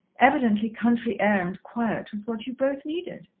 evidently country air and quiet was what you both needed.